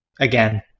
again